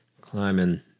climbing